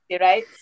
right